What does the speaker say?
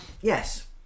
yes